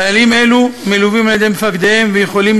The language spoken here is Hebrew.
חיילים אלו מלווים על-ידי מפקדיהם ויכולים